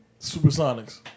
Supersonics